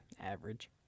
Average